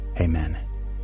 Amen